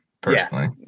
personally